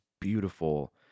beautiful